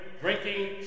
drinking